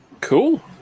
cool